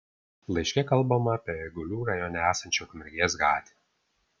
laiške kalbama apie eigulių rajone esančią ukmergės gatvę